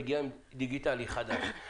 מגיע עם דיגיטלי חדש.